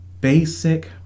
basic